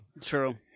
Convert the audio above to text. True